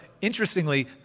interestingly